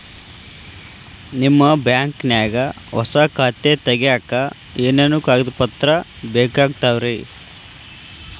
ನಿಮ್ಮ ಬ್ಯಾಂಕ್ ನ್ಯಾಗ್ ಹೊಸಾ ಖಾತೆ ತಗ್ಯಾಕ್ ಏನೇನು ಕಾಗದ ಪತ್ರ ಬೇಕಾಗ್ತಾವ್ರಿ?